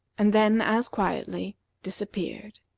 and then as quietly disappeared.